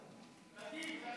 תגיד, תגיד.